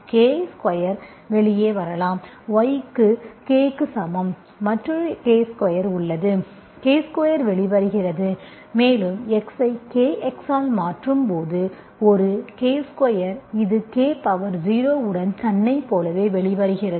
K square வெளியே வரலாம் y க்கு K க்கு சமம் மற்றொரு K ஸ்கொயர் உள்ளது K ஸ்கொயர் வெளிவருகிறது மேலும் x ஐ Kx ஆல் மாற்றும் போது ஒரு K ஸ்கொயர் இது K பவர் 0 உடன் தன்னைப் போலவே வெளிவருகிறது